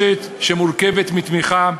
מורכבת מתמיכה,